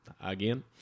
again